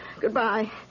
Goodbye